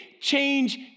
change